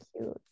cute